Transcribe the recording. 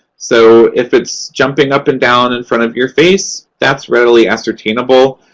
so if it's jumping up and down in front of your face, that's readily ascertainable.